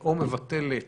או מבטלת